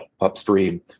upstream